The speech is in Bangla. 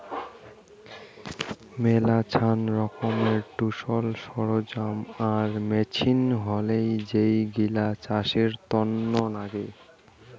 মেলাছান রকমের টুলস, সরঞ্জাম আর মেচিন হসে যেইগিলা চাষের তন্ন নাগে